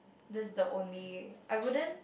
that's the only I wouldn't